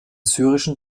syrischen